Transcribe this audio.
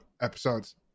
episodes